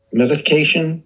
medication